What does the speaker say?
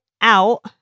out